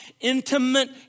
intimate